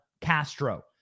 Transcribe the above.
Castro